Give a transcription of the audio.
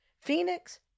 Phoenix